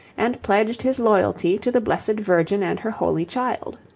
and pledged his loyalty to the blessed virgin and her holy child.